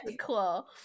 cool